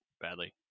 badly